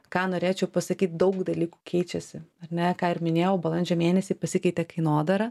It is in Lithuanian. ką norėčiau pasakyt daug dalykų keičiasi ar ne ką ir minėjau balandžio mėnesį pasikeitė kainodara